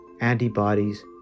Antibodies